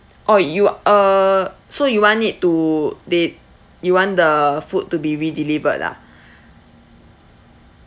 orh you uh so you want it to they you want the food to be redelivered ah